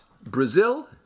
Brazil